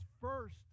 first